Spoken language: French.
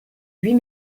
huit